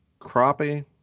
crappie